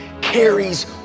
carries